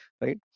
right